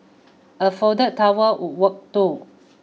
a folded towel would work too